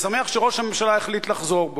אני שמח שראש הממשלה החליט לחזור בו.